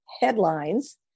headlines